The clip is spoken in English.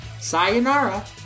Sayonara